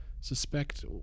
suspect